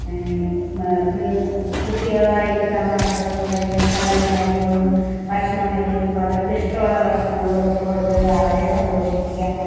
നോപ്പ്യേ കുട്ടികളുമായിട്ട് താമശകളും കരി കളിയും കാര്യങ്ങളും ഭഷണം വയ്ക്കലും അവർക്കിഷ്ടമുള്ള ഭഷണങ്ങൾ വച്ച് കൊടുത്ത് അവരെ സന്തോഷിപ്പിക്കുക